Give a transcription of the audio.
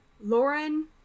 Lauren